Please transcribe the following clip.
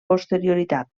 posterioritat